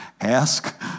Ask